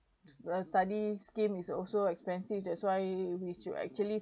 the study scheme is also expensive that's why which you actually